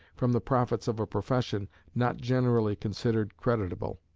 from the profits of a profession not generally considered creditable.